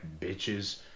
bitches